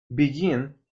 begin